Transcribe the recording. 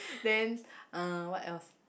then uh what else